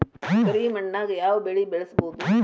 ಕರಿ ಮಣ್ಣಾಗ್ ಯಾವ್ ಬೆಳಿ ಬೆಳ್ಸಬೋದು?